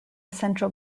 central